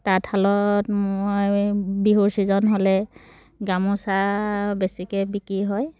তাঁতশালত মই বিহুৰ ছিজন হ'লে গামোচা বেছিকৈ বিক্ৰী হয়